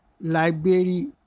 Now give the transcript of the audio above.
library